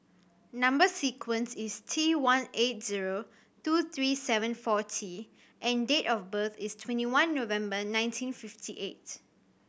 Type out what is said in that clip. number sequence is T one eight zero two three seven four T and date of birth is twenty one November nineteen fifty eight